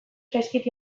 zaizkit